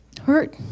hurt